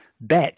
bet